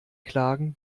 klagen